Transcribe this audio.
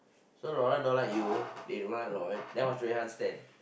so Lauren don't like you they don't like Lauren then what's Rui-Han's stand